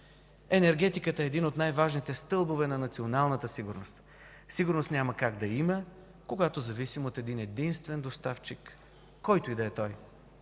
Енергетиката е един от най-важните стълбове на националната сигурност. Сигурност няма как да има, когато зависим от един единствен доставчик, който и да е той.